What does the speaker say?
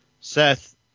Seth